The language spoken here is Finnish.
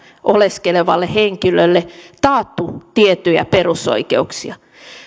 oleskelevalle henkilölle taattu tiettyjä perusoikeuksia